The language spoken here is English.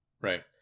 right